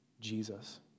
Jesus